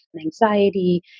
anxiety